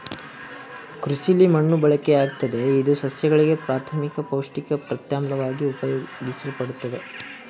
ಕೃಷಿಲಿ ಮಣ್ಣು ಬಳಕೆಯಾಗ್ತದೆ ಇದು ಸಸ್ಯಗಳಿಗೆ ಪ್ರಾಥಮಿಕ ಪೌಷ್ಟಿಕ ಪ್ರತ್ಯಾಮ್ಲವಾಗಿ ಉಪಯೋಗಿಸಲ್ಪಡ್ತದೆ